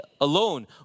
alone